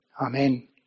Amen